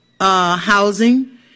housing